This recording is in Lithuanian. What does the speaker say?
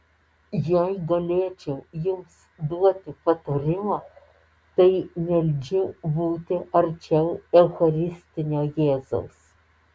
jei galėčiau jums duoti patarimą tai meldžiu būti arčiau eucharistinio jėzaus